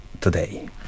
today